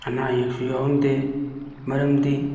ꯑꯅꯥ ꯑꯌꯦꯛꯁꯨ ꯌꯥꯎꯍꯟꯗꯦ ꯃꯔꯝꯗꯤ